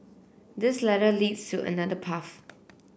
this ladder leads to another path